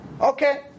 Okay